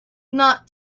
not